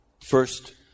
First